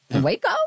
Waco